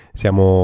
siamo